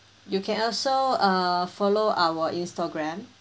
you can also uh follow our instagram